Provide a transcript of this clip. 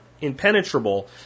impenetrable